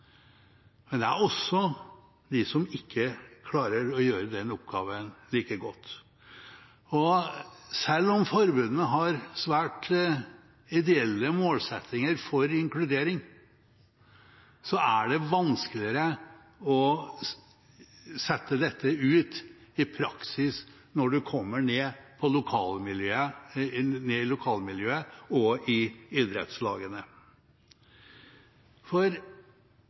Men det er også de som ikke klarer å gjøre den oppgaven like godt. Selv om forbundene har svært ideelle målsettinger for inkludering, er det vanskeligere å sette dette ut i praksis når man kommer ned i lokalmiljøet og i idrettslagene, for